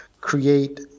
create